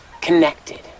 connected